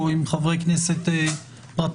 או עם חברי כנסת פרטיים,